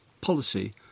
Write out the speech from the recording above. policy